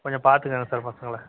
கொஞ்சம் பார்த்துக்குங்க சார் பசங்களை